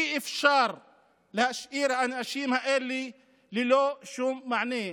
אי-אפשר להשאיר את האנשים האלה ללא שום מענה.